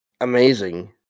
amazing